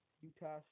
Utah